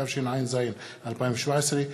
התשע"ז 2017,